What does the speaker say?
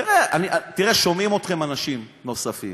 תראה, שומעים אתכם אנשים נוספים,